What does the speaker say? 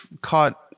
caught